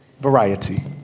variety